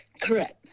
Correct